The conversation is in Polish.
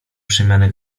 przemiany